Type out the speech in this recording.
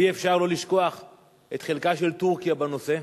ואי-אפשר לשכוח את חלקה של טורקיה בנושא,